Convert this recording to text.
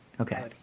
okay